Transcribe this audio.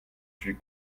suis